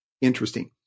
interesting